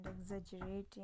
exaggerating